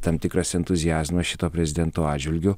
tam tikras entuziazmas šito prezidento atžvilgiu